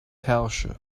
herrsche